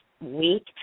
week